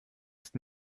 ist